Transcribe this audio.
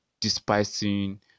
despising